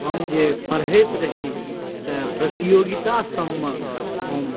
हम जे पढ़ैत रही तऽ प्रतियोगितासबमे हम